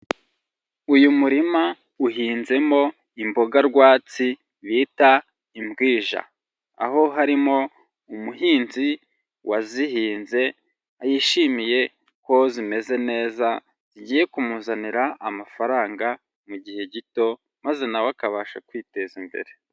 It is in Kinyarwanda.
Uyu murima uhinzemo imboga rwatsi bita imbwija, aho harimo umuhinzi wazihinze yishimiye ko zimeze neza, zigiye kumuzanira amafaranga mu gihe gito, maze nawe akabasha kwiteza imbere.